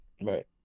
Right